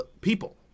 people